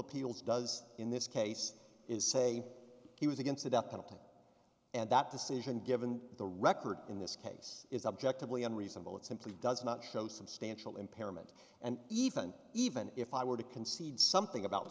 appeals does in this case is say he was against the death penalty and that decision given the record in this case is objectively unreasonable it simply does not show substantial impairment and even even if i were to concede something about